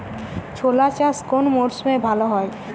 ছোলা চাষ কোন মরশুমে ভালো হয়?